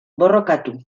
borrokatu